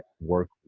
work